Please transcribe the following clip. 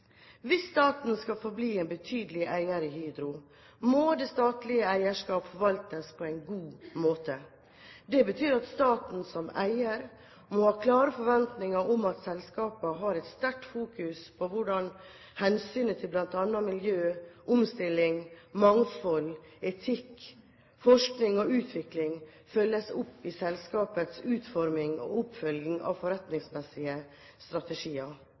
Hvis staten skal få bli en betydelig eier i Hydro, må det statlige eierskapet forvaltes på en god måte. Det betyr at staten som eier må ha klare forventninger om at selskapene har et sterkt fokus på hvordan hensynet til bl.a. miljø, omstilling, mangfold, etikk, forskning og utvikling følges opp i selskapenes utforming og oppfølging av forretningsmessige strategier.